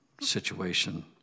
situation